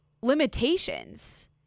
limitations